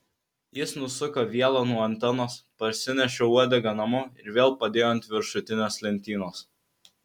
jis nusuko vielą nuo antenos parsinešė uodegą namo ir vėl padėjo ant viršutinės lentynos